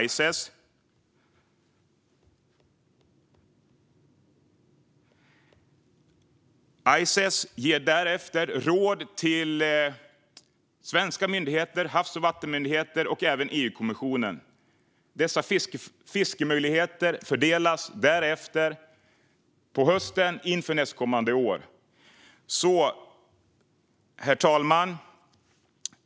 ICES ger därefter råd till svenska myndigheter och havs och vattenmyndigheter och även till EU-kommissionen. Fiskemöjligheterna fördelas sedan på hösten inför nästkommande år. Herr talman!